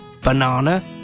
banana